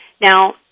Now